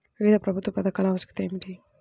వివిధ ప్రభుత్వా పథకాల ఆవశ్యకత ఏమిటి?